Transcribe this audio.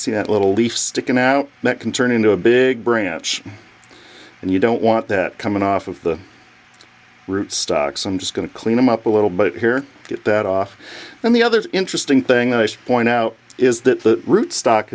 see that little leaf sticking out that can turn into a big branch and you don't want that coming off of the rootstocks i'm just going to clean them up a little bit here get that off then the other interesting thing that ice point out is that the root stock